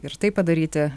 ir tai padaryti